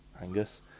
Angus